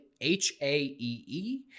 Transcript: H-A-E-E